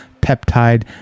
peptide